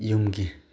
ꯌꯨꯝꯒꯤ